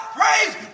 praise